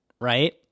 right